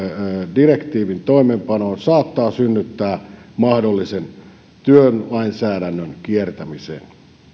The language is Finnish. direktiivin toimeenpanoon saattaa synnyttää mahdollisen työlainsäädännön kiertämisen